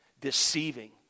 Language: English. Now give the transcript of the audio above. deceiving